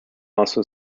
also